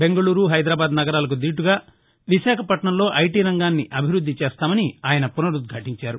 బెంగళూరు హైదరాబాద్ నగరాలకు దీటుగా విశాఖపట్నంలో ఐటీ రంగాన్ని అభివృద్ధి చేస్తామని ఆయన పునరుద్ఘాటించారు